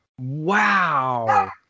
Wow